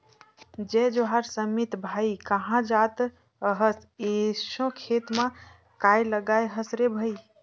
जय जोहार समीत भाई, काँहा जात अहस एसो खेत म काय लगाय हस रे भई?